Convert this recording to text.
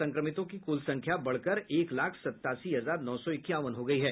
संक्रमितों की कुल संख्या बढ़कर एक लाख सतासी हजार नौ सौ इक्यावन हो गयी है